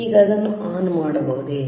ಈಗಅದನ್ನು on ಮಾಡಬಹುದೇ